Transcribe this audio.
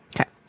Okay